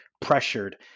pressured